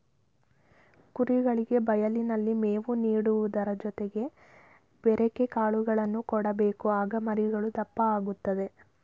ಕುರಿಗಳಿಗೆ ಬಯಲಿನಲ್ಲಿ ಮೇವು ನೀಡುವುದರ ಜೊತೆಗೆ ಬೆರೆಕೆ ಕಾಳುಗಳನ್ನು ಕೊಡಬೇಕು ಆಗ ಮರಿಗಳು ದಪ್ಪ ಆಗುತ್ತದೆ